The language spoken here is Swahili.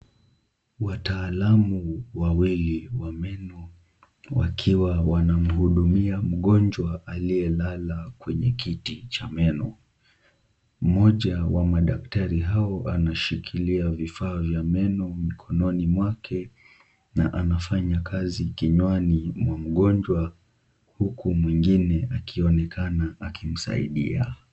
Wataalamu wawili wa meno wakiwa wanamhudumia mgonjwa aliyelala kwenye kiti cha meno. Mmoja wa madaktari hao anashikilia vifaa vya meno mikononi mwake na anafanya kazi kinywani mwa mgonjwa huku mwingine akionekana akimsaidia.